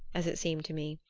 as it seemed to me,